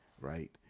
right